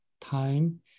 time